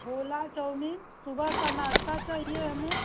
छोला chow mein सुबह का नाश्ता चाहिए हमें